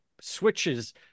switches